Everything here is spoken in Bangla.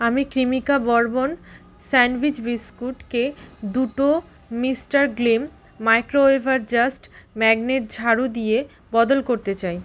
আমি ক্রিমিকা বরবন স্যানডুইচ বিস্কুটকে দুটো মিস্টার গ্লিম মাইক্রোওয়েভার জাস্ট ম্যাগনেট ঝাড়ু দিয়ে বদল করতে চাই